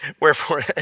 Wherefore